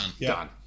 done